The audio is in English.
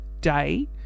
day